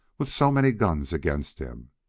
with so many guns against him.